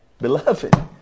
beloved